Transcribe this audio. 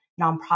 nonprofit